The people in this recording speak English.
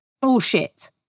bullshit